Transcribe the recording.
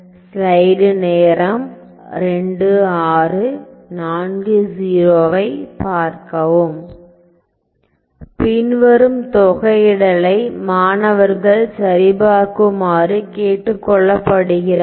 பின்வரும் தொகையிடல் மாணவர்கள் சரிபார்க்குமாறு கேட்டுக்கொள்ளப்படுகிறார்கள்